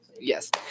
Yes